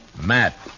Matt